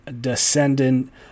descendant